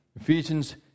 Ephesians